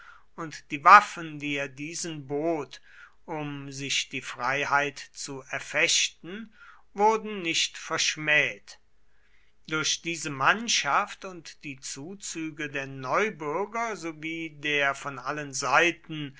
und die waffen die er diesen bot um sich die freiheit zu erfechten wurden nicht verschmäht durch diese mannschaft und die zuzüge der neubürger sowie der von allen seiten